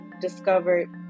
discovered